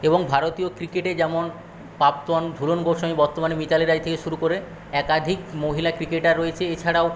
এবং ভারতীয় ক্রিকেটে যেমন প্রাক্তন ঝুলন গোস্বামী বর্তমানে মিতালি রায় থেকে শুরু করে একাধিক মহিলা ক্রিকেটার রয়েছে এছাড়াও